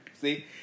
See